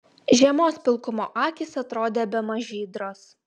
žiemos pilkumo akys atrodė bemaž žydros